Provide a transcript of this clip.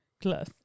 Class